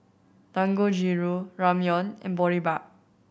Dangojiru Ramyeon and Boribap